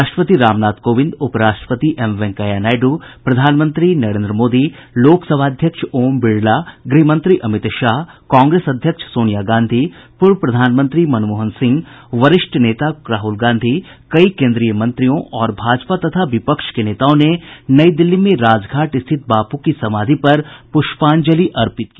राष्ट्रपति रामनाथ कोविंद उपराष्ट्रपति एम वेंकैया नायडू प्रधानमंत्री नरेन्द्र मोदी लोकसभा अध्यक्ष ओम बिड़ला गृहमंत्री अमित शाह कांग्रेस अध्यक्ष सोनिया गांधी पूर्व प्रधानमंत्री मनमोहन सिंह वरिष्ठ नेता राहुल गांधी कई केन्द्रीय मंत्रियों और भाजपा तथा विपक्ष के नेताओं ने नई दिल्ली में राजघाट स्थित बापू की समाधि पर प्रष्पांजलि अर्पित की